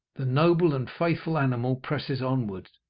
the noble and faithful animal presses onward,